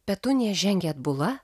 petunija žengė atbula